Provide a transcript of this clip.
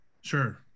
Sure